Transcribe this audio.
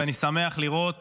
ואני שמח לראות